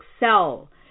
excel